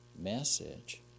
message